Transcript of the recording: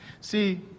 see